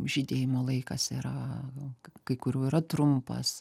žydėjimo laikas yra kai kurių yra trumpas